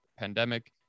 pandemic